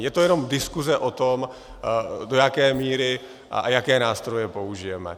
Je to jenom diskuse o tom, do jaké míry a jaké nástroje použijeme.